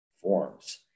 forms